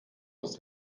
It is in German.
aus